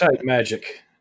magic